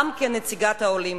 גם כנציגת העולים.